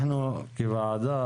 אנחנו כוועדה,